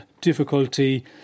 difficulty